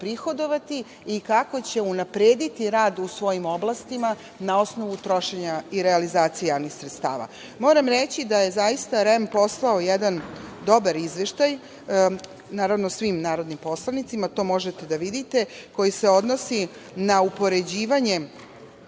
prihodovati i kako će unaprediti rad u svojim oblastima, na osnovu trošenja i realizacije javnih sredstava. Moram reći da je zaista REM poslao jedan dobar izveštaj, naravno, svim narodnim poslanicima, to možete da vidite, koji se odnosi na upoređivanje,